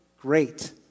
great